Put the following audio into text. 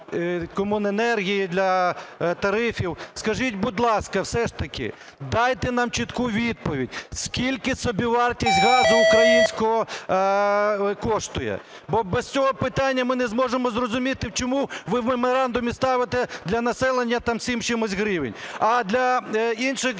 комуненергії, для тарифів. Скажіть, будь ласка, все ж таки дайте нам чітку відповідь: скільки собівартість газу українського коштує? Бо без цього питання ми не зможемо зрозуміти, чому ви в меморандумі ставите для населення там 7 з чимось гривень, а для інших